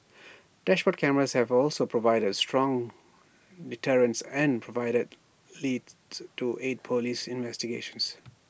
dashboard cameras have also provided strong deterrence and provided leads to aid Police investigations